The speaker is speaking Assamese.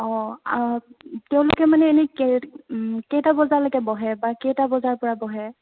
অ' তেওঁলোকে মানে এনে কেই কেইটাবজালৈকে বহে বা কেইটা বজাৰ পৰা বহে